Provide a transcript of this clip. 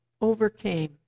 overcame